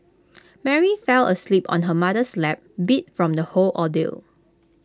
Mary fell asleep on her mother's lap beat from the whole ordeal